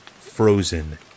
frozen